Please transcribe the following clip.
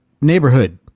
neighborhood